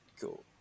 Cool